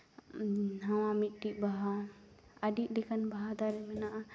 ᱱᱟᱣᱟ ᱢᱤᱫᱴᱤᱡ ᱵᱟᱦᱟ ᱟᱹᱰᱤ ᱞᱮᱠᱟᱱ ᱵᱟᱦᱟ ᱫᱟᱨᱮ ᱢᱮᱱᱟᱜᱼᱟ